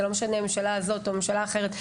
זה לא משנה הממשלה הזאת או ממשלה אחרת,